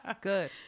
Good